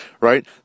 right